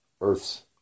Earth's